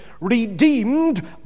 redeemed